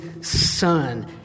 Son